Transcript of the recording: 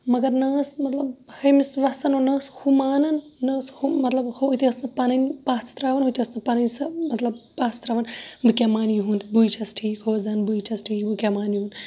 مَگَر نہ ٲس مَطلَب ہُمِس وسان نہ ٲس ہُہ مانان نہ ٲس ہُہ مَطلَب ہُہ تہِ ٲس نہٕ پَنٕنۍ پَژھ تراوان ہُہ تہِ ٲس نہٕ پَننۍ سۄ مَطلَب پَس تراوان بہٕ کیاہ مانہٕ یُہُنٛد بٕیہِ چھَس ٹھیک ہُہ ٲسۍ دَپان بٕیہِ چھَس ٹھیک بہٕ کیاہ مانہٕ یہُنٛد